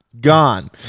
gone